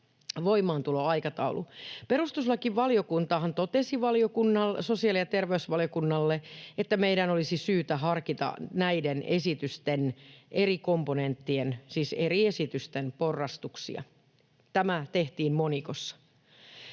voimaantuloaikataulu. Perustuslakivaliokuntahan totesi sosiaali‑ ja terveysvaliokunnalle, että meidän olisi syytä harkita näiden esitysten eri komponenttien, siis eri esitysten, porrastuksia. Tämä tehtiin monikossa.